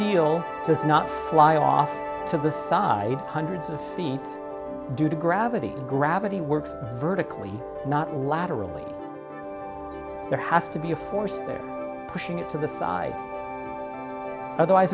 this not fly off to the side hundreds of feet due to gravity gravity works vertically not laterally there has to be a force pushing it to the side otherwise